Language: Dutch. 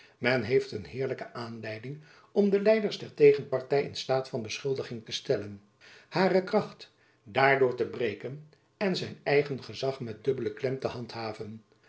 men heeft een heerlijke aanleiding om de leiders der tegenparty in staat van beschuldiging te stellen hare kracht daardoor te breken en zijn eigen gezach met dubbelen klem te handhaven